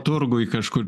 turguj kažkur